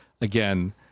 again